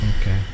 Okay